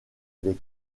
des